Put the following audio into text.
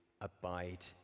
abide